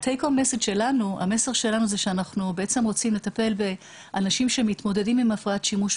המסר שלנו הוא שאנחנו בעצם רוצים לטפל באנשים שמתמודדים עם הפרעת שימוש,